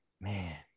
man